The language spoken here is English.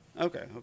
okay